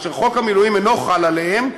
אשר חוק המילואים אינו חל עליהם,